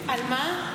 על מה?